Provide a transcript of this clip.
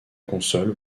console